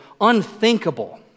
unthinkable